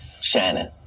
Shannon